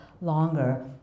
longer